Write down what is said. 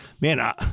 man